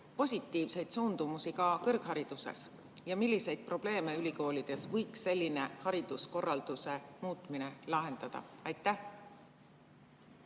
positiivseid suundumusi ka kõrghariduses? Ja milliseid probleeme ülikoolides võiks selline hariduskorralduse muutmine lahendada? Aitäh,